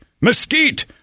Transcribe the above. mesquite